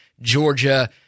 Georgia